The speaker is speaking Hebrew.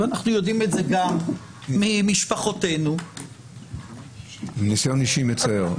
ואנחנו יודעים את זה גם ממשפחותינו --- ניסיון אישי מצער.